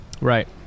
right